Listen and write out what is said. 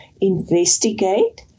investigate